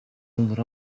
onder